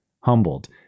humbled